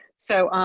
so, um,